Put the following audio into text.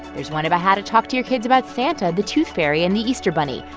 there's one about how to talk to your kids about santa, the tooth fairy and the easter bunny.